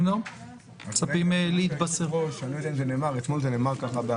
אתמול זה נאמר,